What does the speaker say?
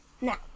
Now